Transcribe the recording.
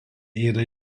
yra